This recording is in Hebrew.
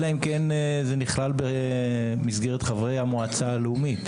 אלא אם כן זה נכלל במסגרת חברי המועצה הלאומית.